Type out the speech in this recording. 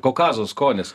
kaukazo skonis